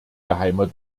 geheimer